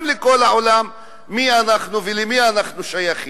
לכל העולם מי אנחנו ולמי אנחנו שייכים.